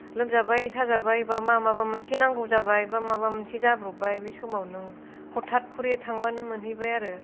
लोमजाबाय साजाबाय बा माबा मोनसे नांगौ जाबाय बा माबा मोनसे जाब्रब्बाय समाव नों हथाथ खरि थांबानो मोनहैबाय आरो